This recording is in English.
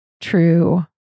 true